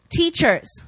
Teachers